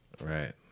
Right